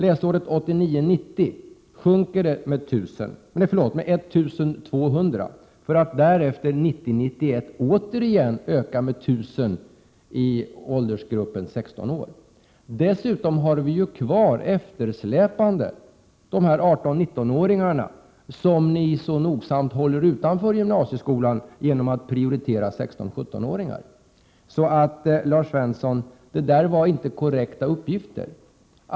Läsåret 1989 91 återigen öka med 1 000. Dessutom har vi kvar de 18-19-åringar som ni så nogsamt håller utanför gymnasieskolan genom att prioritera 16—17 åringar. De uppgifter Lars Svensson gav var inte korrekta.